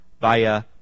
via